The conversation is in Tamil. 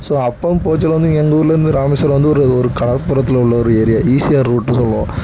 ஸோ அப்பவும் போகச்சொல வந்து எங்கூர்லயிருந்து ராமேஸ்வரம் வந்து ஒரு ஒரு கடல்புறத்தில் உள்ள ஒரு ஏரியா ஈசிஆர் ரூட்டு சொல்லுவோம்